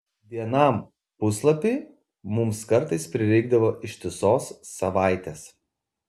vienam puslapiui mums kartais prireikdavo ištisos savaitės